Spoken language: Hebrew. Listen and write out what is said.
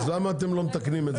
אז למה אתם לא מתקנים את זה?